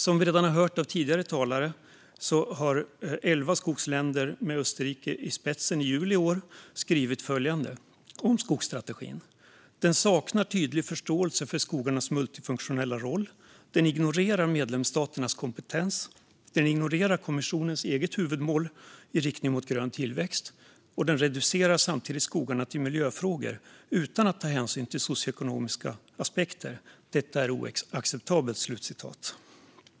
Som tidigare talare redan har sagt skrev elva skogsländer, med Österrike i spetsen, i juli i år följande om skogsstrategin: Den saknar tydligt förståelse för skogarnas multifunktionella roll. Den ignorerar medlemsstaternas kompetens. Den ignorerar kommissionens eget huvudmål i riktning mot grön tillväxt, och den reducerar samtidigt skogarna till miljöfrågor utan att ta hänsyn till socioekonomiska aspekter. Detta är oacceptabelt.